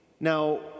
Now